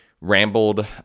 rambled